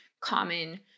common